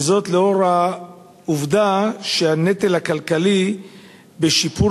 וזאת לאור העובדה שהנטל הכלכלי בשיפור